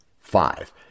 Five